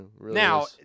Now